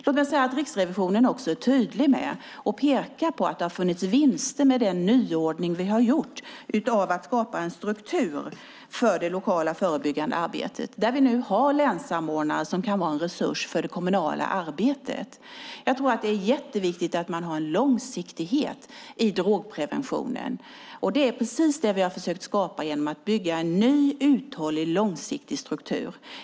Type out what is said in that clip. Låt mig säga att Riksrevisionen också är tydlig med att peka på de vinster som finns med den nyordning som vi har gjort med att skapa en struktur för det lokala förebyggande arbetet. Vi har där länssamordnare som kan vara en resurs för det kommunala arbetet. Det är jätteviktigt att man har en långsiktighet i drogpreventionen. Det är precis det vi har försökt skapa genom att bygga en uthållig och långsiktig struktur.